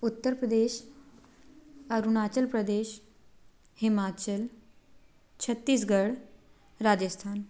Uttar Pradesh Arunachal Pradesh Himachal Chhattisgarh Rajasthan